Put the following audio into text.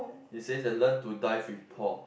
it says that learn to dive with Paul